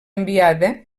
enviada